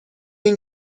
این